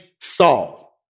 Saul